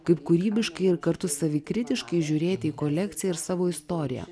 kaip kūrybiškai ir kartu savikritiškai žiūrėti į kolekciją ir savo istoriją